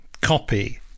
copy